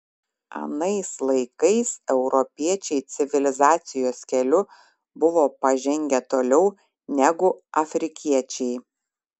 anais laikais europiečiai civilizacijos keliu buvo pažengę toliau negu afrikiečiai